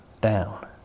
down